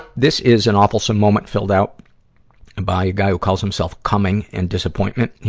this is an awfulsome moment filled out by a guy who calls himself cumming in disappointment.